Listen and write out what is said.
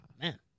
Man